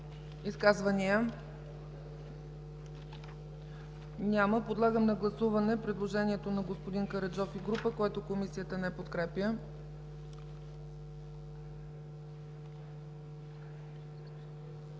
Изказвания? Няма. Подлагам на гласуване предложението на господин Кадиев, което Комисията не подкрепя.